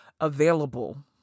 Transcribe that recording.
available